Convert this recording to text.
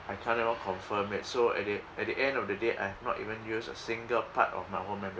I can't even confirm it so at the at the end of the day I have not even use a single part of my own membership